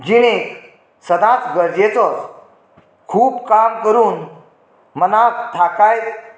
जिणेंत सदांच गरजेचोच खूब काम करून मनाक थाकाय